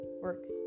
works